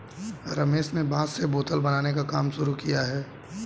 रमेश ने बांस से बोतल बनाने का काम शुरू किया है